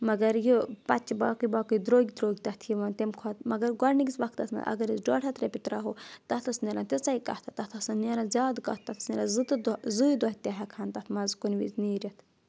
مَگر یہِ پَتہٕ چھِ باقٕے باقٕے درٛوگۍ درٛوگۍ تَتھ یِوان تَمہِ کھۄتہٕ مَگر گۄڈنِکِس وقتَس منٛز اگر أسۍ ڈۄڈ ہَتھ رۄپیہِ ترٛاوہو تَتھ ٲس نَیٚران تِژے کَتھٕ تَتھ ٲس نہٕ نیران زیادٕ کَتھ تَتھ ٲس نیران زٕ تہٕ دۄہ زٕے دۄہ تہِ ہؠکہٕ ہَن تَتھ منٛز کُنہِ وِزِ نیٖرِتھ